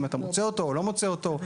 אם אתה מוצא אותו או לא מוצא אותו.